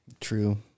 True